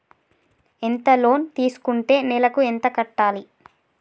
ఎంత లోన్ తీసుకుంటే నెలకు ఎంత కట్టాలి?